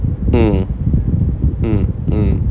mm mm mm